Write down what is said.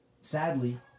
Sadly